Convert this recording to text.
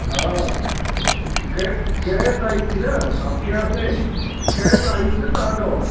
हा गै गैस आई थी न आपके यहा से गैस आई हुई न तव्हां वठो